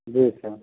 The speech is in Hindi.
जी सर